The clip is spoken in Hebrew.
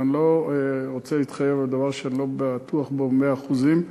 אבל אני לא רוצה להתחייב על דבר שאני לא בטוח בו במאת האחוזים,